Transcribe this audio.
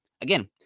again